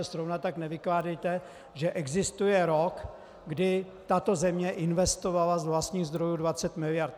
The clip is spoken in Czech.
Zrovna tak nevykládejte, že existuje rok, kdy tato země investovala z vlastních zdrojů 20 mld.